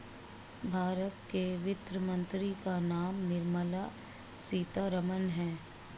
भारत के वित्त मंत्री का नाम निर्मला सीतारमन है